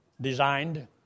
designed